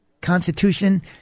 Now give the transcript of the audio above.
Constitution